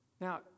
Now